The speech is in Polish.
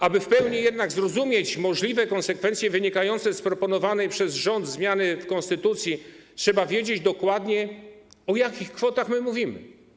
Aby w pełni jednak zrozumieć możliwe konsekwencje wynikające z proponowanej przez rząd zmiany w konstytucji, trzeba wiedzieć dokładnie o jakich kwotach mówimy.